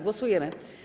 Głosujemy.